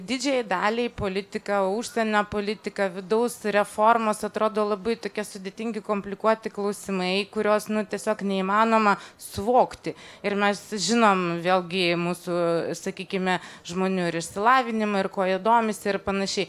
didžiajai daliai politika užsienio politika vidaus reformos atrodo labai tokie sudėtingi komplikuoti klausimai kuriuos nu tiesiog neįmanoma suvokti ir mes žinom vėlgi mūsų sakykime žmonių ir išsilavinimą ir kuo jie domisi ir panašiai